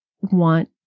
want